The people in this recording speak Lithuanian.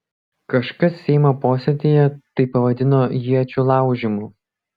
kažkas seimo posėdyje tai pavadino iečių laužymu